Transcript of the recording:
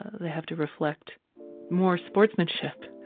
they have to reflect more sportsmanship